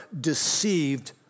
deceived